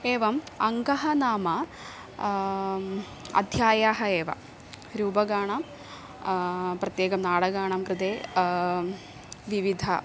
एवम् अङ्गः नाम अध्यायाः एव रूपकाणां प्रत्येकं नाटकानां कृते विविध